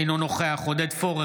אינו נוכח עודד פורר,